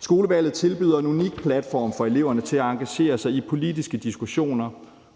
Skolevalget tilbyder en unik platform for eleverne til at engagere sig i politiske diskussioner,